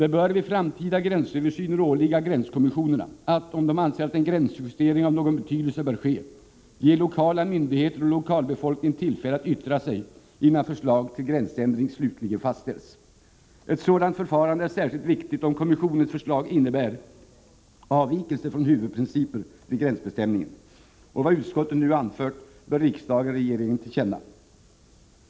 Det bör vid framtida gränsöversyner åligga gränskommissionerna att — om de anser att en gränsjustering av någon betydelse bör ske — ge lokala myndigheter och lokalbefolkningen tillfälle att yttra sig innan förslag till gränsändring slutligen fastställs. Ett sådant förfarande är särskilt viktigt om kommissionernas förslag innebär avvikelse från huvudprinciperna vid gränsbestämningen. Vad utskottet nu anfört bör riksdagen ge regeringen till känna.